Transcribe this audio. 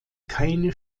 keine